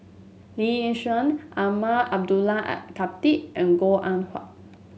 Lee Yi Shyan Umar Abdullah Al Khatib and Goh Eng Wah